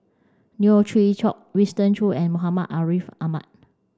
Neo Chwee Kok Winston Choos and Muhammad Ariff Ahmad